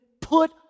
put